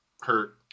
hurt